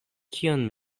kion